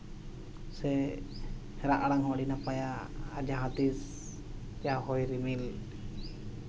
ᱥᱮ ᱨᱟᱜ ᱟᱲᱟᱝ ᱦᱚᱸ ᱟᱹᱰᱤ ᱱᱟᱯᱟᱭᱟ ᱡᱟᱦᱟᱸ ᱛᱤᱥ ᱡᱟᱦᱟᱸ ᱨᱤᱢᱤᱞ